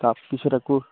তাৰপিছত আকৌ